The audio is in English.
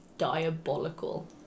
diabolical